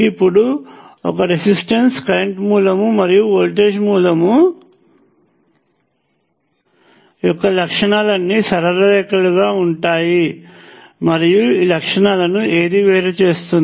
ఇప్పుడు ఒక resistance current మూలం మరియు వోల్టేజ్ మూలం యొక్క లక్షణాలన్నీ సరళ రేఖలుగా ఉంటాయి మరియు ఈ లక్షణాలను ఏది వేరుచేస్తుంది